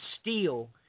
steel